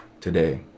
today